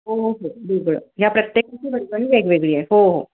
हो हो वेगळं ह्या प्रत्येकाची वर्गणी वेगवेगळी आहे हो हो